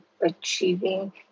achieving